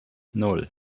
nan